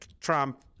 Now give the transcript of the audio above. Trump